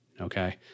Okay